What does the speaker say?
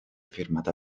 firmata